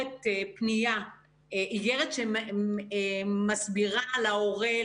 אגרת שמסבירה להורה,